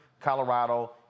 colorado